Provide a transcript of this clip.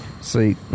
See